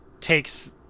takes